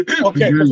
Okay